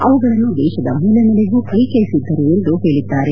ಅವುಗಳನ್ನು ದೇಶದ ಮೂಲೆಮೂಲೆಗೂ ಪರಿಚಯಿಸಿದ್ದರು ಎಂದು ಹೇಳಿದ್ದಾರೆ